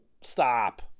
stop